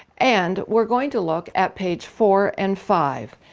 and we're going to look at page four and five.